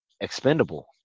expendable